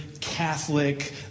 Catholic